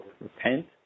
repent